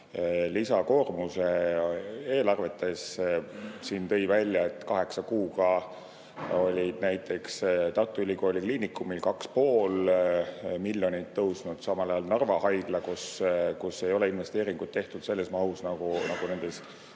lisakoormuse eelarvetes. Siin toodi välja, et kaheksa kuuga oli näiteks Tartu Ülikooli Kliinikumil 2,5 miljonit tõusnud, samal ajal Narva Haiglal, kus ei ole investeeringuid tehtud sellises mahus nagu nendes